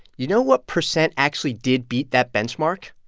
you know what percent actually did beat that benchmark?